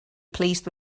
pleased